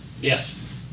Yes